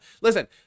Listen